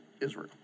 Israel